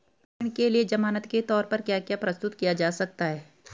ऋण के लिए ज़मानात के तोर पर क्या क्या प्रस्तुत किया जा सकता है?